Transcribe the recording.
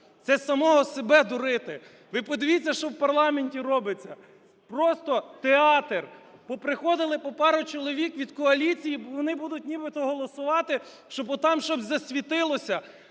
Це самого себе дурити. Ви подивіться, що в парламенті робиться! Просто театр. Поприходили по парі чоловік від коаліції, бо вони будуть нібито голосувати, щоб отам щоб засвітилося.